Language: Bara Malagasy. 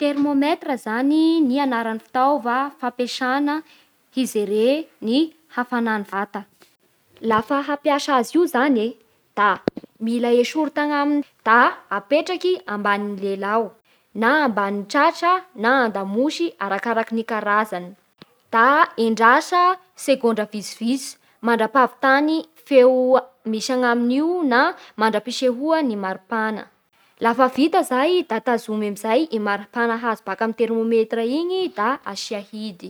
Termometira zany ny anaran'ny fitaova fampiasa hijere ny hafanan'ny vata. Lafa hampiasa azy io zany e da mila esory tanamigny da apetraky amban'ny lela ao, na mabany tratra, na andamosy arakaraky gny karazany, da endrasa segondra vitsivitsy mandrapahavitany feo misy agnamin'io na mandram-pisehoan'ny mari-pana. lafa vita zay da tazomy amin'izay e maripana hazo baka amin'ny termometira iny da asia hidy.